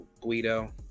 Guido